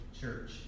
church